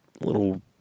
little